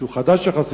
שהוא חדש יחסית,